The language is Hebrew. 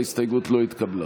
ההסתייגות לא התקבלה.